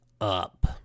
up